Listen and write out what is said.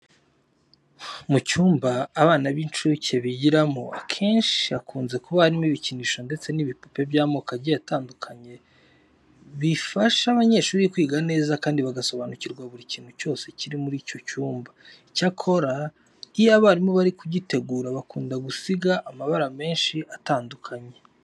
Mu cyumba abana b'incuke bigiramo akenshi hakunze kuba harimo ibikinisho ndetse n'ibipupe by'amoko agiye atandukanye bifasha abanyeshuri kwiga neza kandi bagasobanukirwa buri kintu cyose kiri muri icyo cyumba. Icyakora iyo abarimu bari kugitegura, bakunda kugisiga amabara menshi atandukanye.